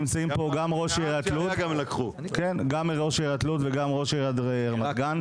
נמצאים פה גם ראש עיריית לוד וגם ראש עיריית רמת גן,